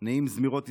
נעים זמירות ישראל,